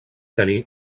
tenir